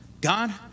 God